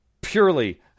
purely